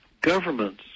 governments